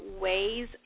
ways